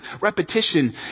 repetition